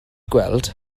gweld